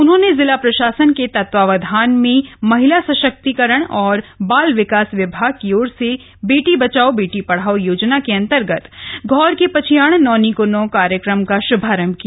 उन्होंने जिला प्रशासन के तत्वावधान में महिला सशक्ति एवं बाल विकास विभाग की ओर से बेटी बचाओ बेटी पढ़ाओ योजना के अन्तर्गत घौर की पछयाण नौनी को नौ कार्यक्रम का शुभारंभ किया